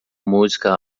música